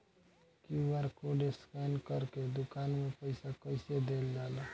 QR code scan करके दुकान में पईसा कइसे देल जाला?